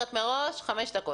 מערכת של משרד החינוך